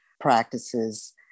practices